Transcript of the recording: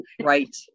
Right